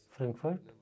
Frankfurt